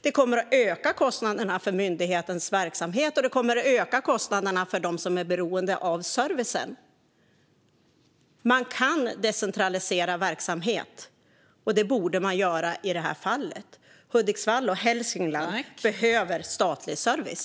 Det kommer att öka kostnaderna för myndighetens verksamhet, och det kommer att öka kostnaderna för dem som är beroende av servicen. Man kan decentralisera verksamhet. Det borde man göra i det här fallet. Hudiksvall och Hälsingland behöver statlig service.